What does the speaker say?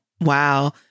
Wow